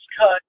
cut